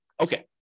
Okay